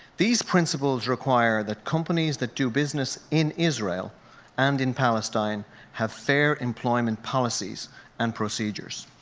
these principles require that companies that do business in israel and in palestine have fair employment policies and procedures.